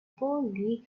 boldly